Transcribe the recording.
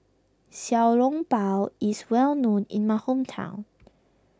Xiao Long Bao is well known in my hometown